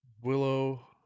Willow